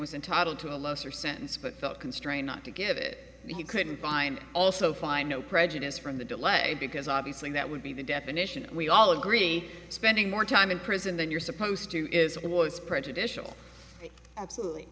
was entitled to a lesser sentence but felt constrained not to get it he couldn't find also find no prejudice from the dilemma because obviously that would be the definition we all agree spending more time in prison than you're supposed to is it was prejudicial absolutely